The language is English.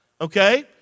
okay